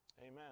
Amen